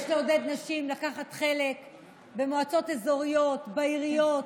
יש לעודד נשים לקחת חלק במועצות אזוריות, בעיריות,